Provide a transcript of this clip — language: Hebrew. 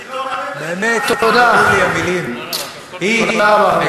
באמת, נגמרו לי המילים תודה רבה.